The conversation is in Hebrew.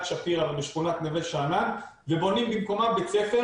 שפירא ובשכונת נווה-שאנן ובונים במקומם בית ספר.